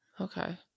Okay